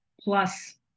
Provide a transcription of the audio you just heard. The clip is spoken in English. plus